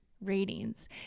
ratings